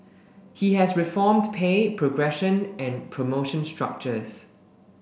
he has reformed pay progression and promotion structures